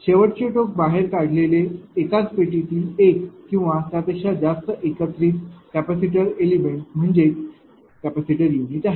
शेवटचे टोक बाहेर काढलेले एकाच पेटीतील एक किंवा त्यापेक्षा जास्त एकत्रित कॅपॅसिटर एलिमेंट म्हणजेच कॅपेसिटर युनिट आहे